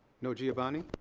no giovanni?